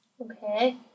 Okay